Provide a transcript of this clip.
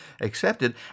accepted